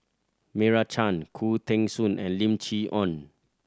Meira Chand Khoo Teng Soon and Lim Chee Onn